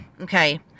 Okay